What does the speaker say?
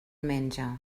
menja